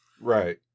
Right